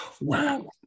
Wow